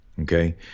okay